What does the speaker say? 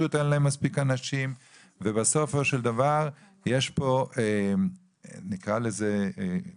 ש-58 אנשים ישרתו 35 אלף ואנחנו עכשיו נבקש שעוד אנשים יממשו,